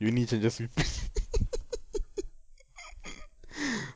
uni changes people